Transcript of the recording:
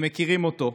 הם מכירים אותו.